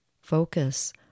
focus